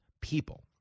people